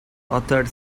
authored